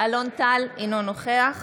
אלון טל, אינו נוכח